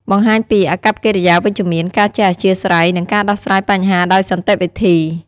បង្ហាញពី អាកប្បកិរិយាវិជ្ជមាន ការចេះអធ្យាស្រ័យ និងការដោះស្រាយបញ្ហាដោយសន្តិវិធី ។